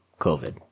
COVID